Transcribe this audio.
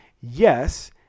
yes